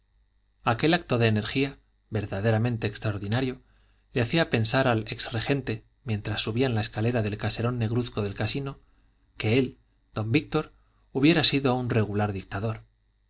aquel acto de energía verdaderamente extraordinario le hacía pensar al ex regente mientras subían la escalera del caserón negruzco del casino que él don víctor hubiera sido un regular dictador